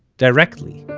directly.